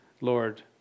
Lord